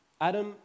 Adam